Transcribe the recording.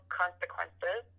consequences